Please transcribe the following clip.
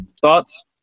Thoughts